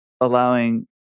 allowing